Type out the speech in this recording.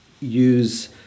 use